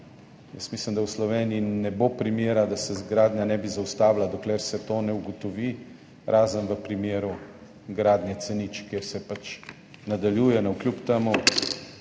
mislim, da v Sloveniji ne bo primera, da se gradnja ne bi zaustavila, dokler se to ne ugotovi, razen v primeru gradnje C0, kjer se pač nadaljuje navkljub temu,